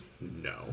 no